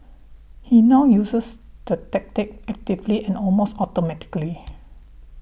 he now uses the technique actively and almost automatically